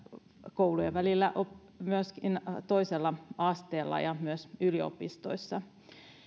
koulujen välillä myöskin toisella asteella ja yliopistoissa